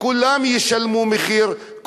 כולם ישלמו מחיר,